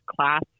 class